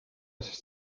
sest